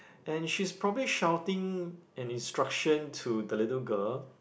and she's probably shouting an instruction to the little girl